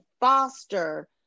foster